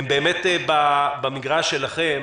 הן באמת במגרש שלכם.